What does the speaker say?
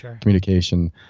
communication